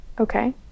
okay